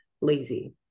lazy